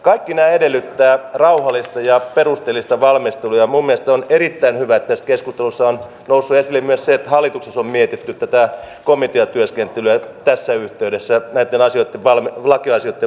olen itse ollut maahanmuuttajataustaisten lähihoitajaopiskelijoiden ohjaajana edellisessä työssäni ja tunnen ne tilanteet miten vaativaa se myös on kun sinne yhteisöön ja sinne työpaikkaan tullaan puutteellisella kielitaidolla